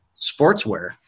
sportswear